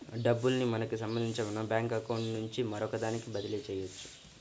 డబ్బుల్ని మనకి సంబంధించిన ఒక బ్యేంకు అకౌంట్ నుంచి మరొకదానికి బదిలీ చెయ్యొచ్చు